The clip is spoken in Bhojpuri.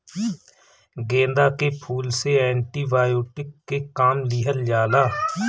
गेंदा के फूल से एंटी बायोटिक के काम लिहल जाला